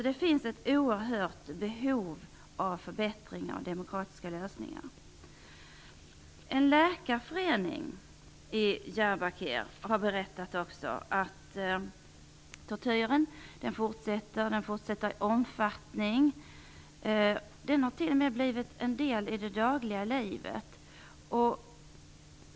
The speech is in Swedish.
Det finns alltså ett oerhört behov av förbättringar och demokratiska lösningar. En läkarförening i Diyarbakir har berättat att tortyren fortsätter. Den har t.o.m. blivit en del av det dagliga livet.